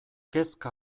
kezka